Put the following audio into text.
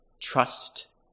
Trust